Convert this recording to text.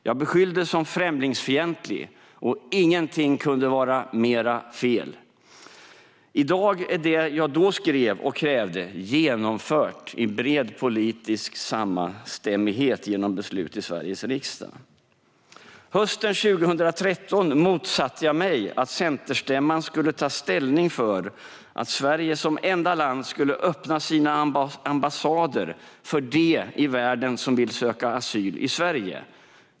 Jag beskylldes för att vara främlingsfientlig, och ingenting kunde vara mer fel. I dag är det jag då skrev och krävde genomfört i bred politisk samstämmighet genom beslut i Sveriges riksdag. Hösten 2013 motsatte jag mig att centerstämman skulle ta ställning för att Sverige som enda land skulle öppna sina ambassader för dem i världen som vill söka asyl i Sverige.